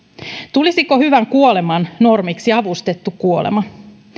tulisiko hyvän kuoleman normiksi avustettu kuolema